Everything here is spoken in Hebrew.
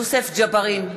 נגד יוסף ג'בארין,